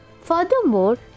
Furthermore